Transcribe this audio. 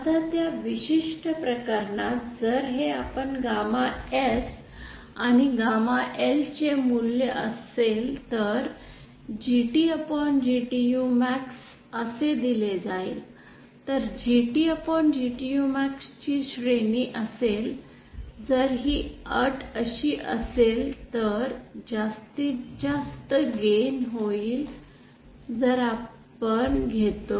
आता त्या विशिष्ट प्रकरणात जर हे आपण गॅमा S आणि गॅमा L चे मूल्य असेल तर GTGTUmax असे दिले जाईल तर GTGTUmax ची श्रेणी असेल जर ही अट अशी असेल तर जास्तीत जास्त गेन होईल जर आपण घेतो